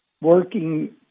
working